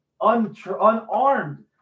unarmed